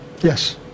Yes